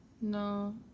No